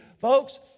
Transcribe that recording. Folks